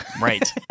Right